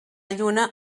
lluna